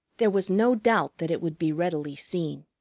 there was no doubt that it would be readily seen.